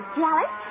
jealous